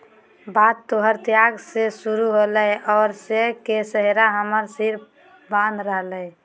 बात तोहर त्याग से शुरू होलय औरो श्रेय के सेहरा हमर सिर बांध रहलय